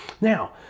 now